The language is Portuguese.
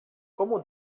como